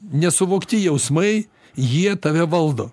nesuvokti jausmai jie tave valdo